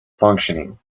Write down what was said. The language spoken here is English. functioning